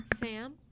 Sam